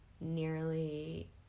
nearly